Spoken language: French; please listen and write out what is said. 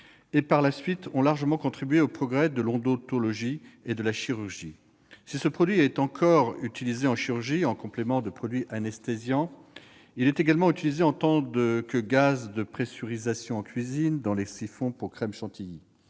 ont par la suite largement contribué au progrès de l'odontologie et de la chirurgie. Si ce produit est encore utilisé en chirurgie, en complément de produits anesthésiants, il est également employé en tant que gaz de pressurisation en cuisine, dans les siphons pour crème chantilly.